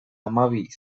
hamabi